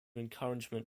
encouragement